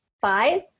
Five